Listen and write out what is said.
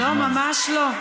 לא, ממש לא.